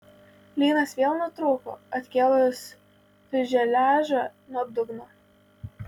lynas vėl nutrūko atkėlus fiuzeliažą nuo dugno